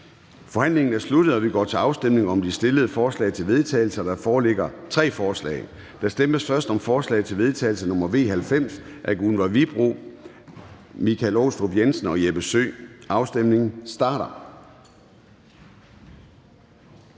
Forhandlingen er sluttet, og vi går til afstemning om de stillede forslag til vedtagelse. Der foreligger tre forslag. Der stemmes først om forslag til vedtagelse nr. V 90 af Gunvor Wibroe (S), vi skal understøtte tjenesten (V) og Jeppe Søe (M). Afstemningen starter.